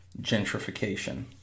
gentrification